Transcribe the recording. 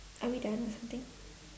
are we done or something